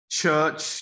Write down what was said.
church